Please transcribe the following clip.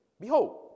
Behold